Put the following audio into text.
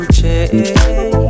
change